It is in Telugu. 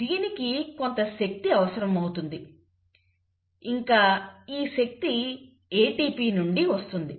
దీనికి కొంత శక్తి అవసరమవుతుంది ఇంకా ఈ శక్తి ATP నుండి వస్తుంది